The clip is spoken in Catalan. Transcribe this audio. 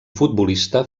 futbolista